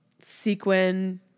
sequin